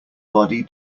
body